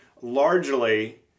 Largely